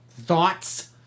Thoughts